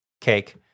cake